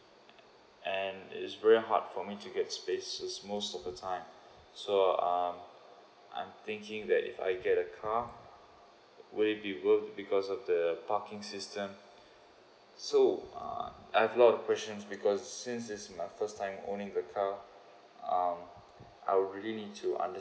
and it's very hard for me to get spaces most of the time so um I'm thinking that if I get a car will it be work because of the parking system so uh I've a lot of questions because since this is my first time owning the car um I would really need to understand